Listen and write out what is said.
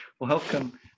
welcome